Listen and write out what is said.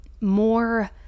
more